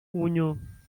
uno